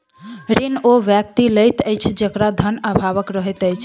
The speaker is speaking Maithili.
ऋण ओ व्यक्ति लैत अछि जकरा धनक आभाव रहैत छै